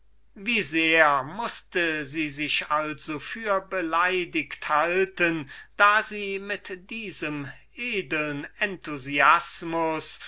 wie sehr mußte sie sich also beleidiget halten da sie mit diesem edeln enthusiasmus